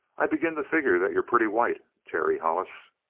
i begin to figure that you're pretty white, terry hollis.